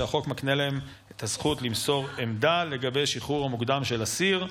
שהחוק מקנה להם את הזכות למסור עמדה לגבי השחרור המוקדם של אסיר.